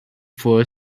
for